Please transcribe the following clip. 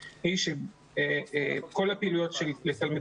האם יש מניעה להכניס את זה לתקנות